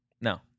No